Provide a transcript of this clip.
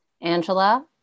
Angela